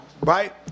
right